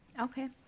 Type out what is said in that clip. Okay